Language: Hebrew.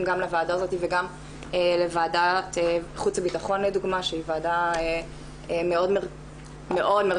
לוועדה הזאת וגם לוועדת חוץ ובטחון לדוגמה שהיא ועדה מאוד מרכזית,